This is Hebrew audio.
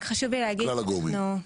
כלל הגורמים.